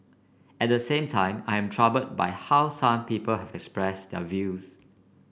at the same time I am troubled by how some people have expressed their views